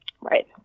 Right